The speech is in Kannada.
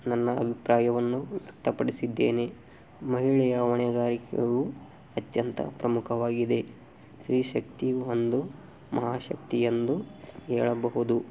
ನನ್ನ ಅಭಿಪ್ರಾಯವನ್ನು ವ್ಯಕ್ತಪಡಿಸಿದ್ದೇನೆ ಮಹಿಳೆಯ ಹೊಣೆಗಾರಿಕೆಯು ಅತ್ಯಂತ ಪ್ರಮುಖವಾಗಿದೆ ಸ್ತ್ರೀಶಕ್ತಿಯು ಒಂದು ಮಹಾಶಕ್ತಿ ಎಂದು ಹೇಳಬಹುದು